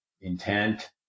intent